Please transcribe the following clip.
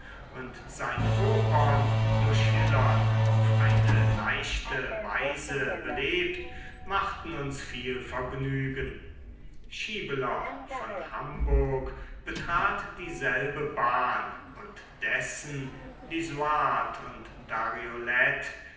und seine opern durch hillern auf eine leichte weise belebt machten uns viel vergnügen schiebeler von hamburg betrat dieselbe bahn und dessen lisuart und